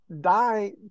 die